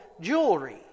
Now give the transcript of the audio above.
jewelry